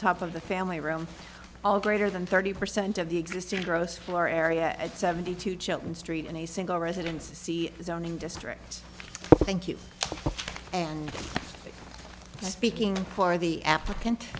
top of the family room all greater than thirty percent of the existing gross floor area at seventy two children street and a single residence see zoning district thank you and speaking for the applicant